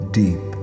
deep